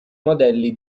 modelli